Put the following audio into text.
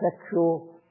sexual